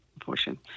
portion